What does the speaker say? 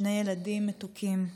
שני ילדים מתוקים,